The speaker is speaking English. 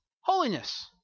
holiness